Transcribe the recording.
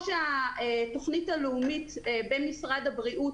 כמו שהמליצה התוכנית הלאומית במשרד הבריאות.